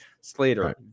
Slater